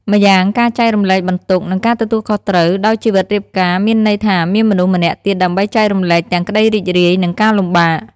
ម្យ៉ាង ការចែករំលែកបន្ទុក និងការទទួលខុសត្រូវ ដោយជីវិតរៀបការមានន័យថាមានមនុស្សម្នាក់ទៀតដើម្បីចែករំលែកទាំងក្តីរីករាយ និងការលំបាក។